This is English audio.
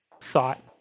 thought